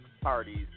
parties